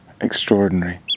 Extraordinary